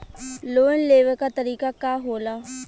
Loan लेवे क तरीकाका होला?